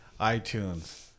iTunes